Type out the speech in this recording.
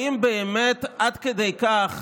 האם באמת עד כדי כך